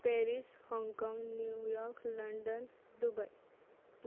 Paris Hong Kong New York London Dubai